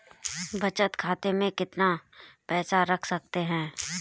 बचत खाते में कितना पैसा रख सकते हैं?